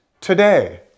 today